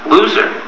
Loser